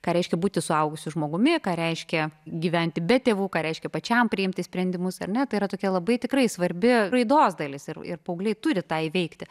ką reiškia būti suaugusiu žmogumi ką reiškia gyventi be tėvų ką reiškia pačiam priimti sprendimus ar ne tai yra tokia labai tikrai svarbi raidos dalis ir ir paaugliai turi tą veikti